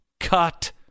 Cut